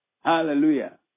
Hallelujah